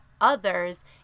others